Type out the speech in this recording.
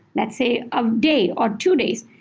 let's say, a day or two days.